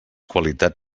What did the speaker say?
qualitat